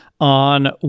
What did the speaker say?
on